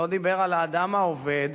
הוא לא דיבר על האדם העובד.